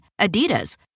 Adidas